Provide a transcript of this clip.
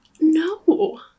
No